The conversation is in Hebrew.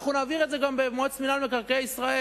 אנחנו נעביר את זה גם במועצת מינהל מקרקעי ישראל.